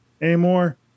anymore